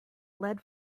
lead